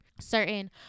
certain